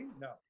no